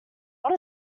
not